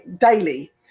daily